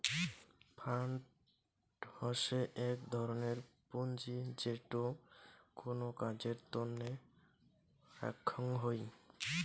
fund হসে এক ধরনের পুঁজি যেটো কোনো কাজের তন্নে রাখ্যাং হই